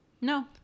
No